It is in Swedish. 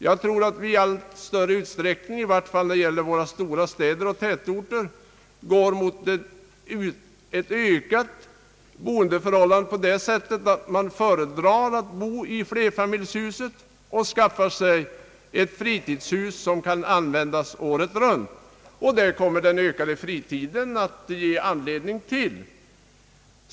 Jag tror att man, i varje fall när det gäller stora städer och tätorter, i allt större utsträckning föredrar att bo i flerfamiljshus och skaffar sig fritidshus som kan användas året runt. Detta kommer att bli en följd av den ökade fritiden.